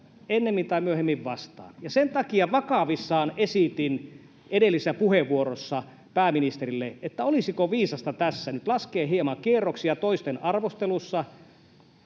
ennemmin tai myöhemmin vastaan. Sen takia vakavissani esitin edellisessä puheenvuorossani pääministerille, olisiko viisasta tässä nyt laskea hieman kierroksia toisten arvostelussa